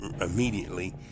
immediately